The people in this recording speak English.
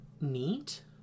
Neat